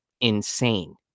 insane